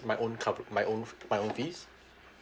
my own cover my own my own fees